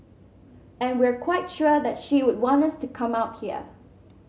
and we're quite sure that she would want us to come out here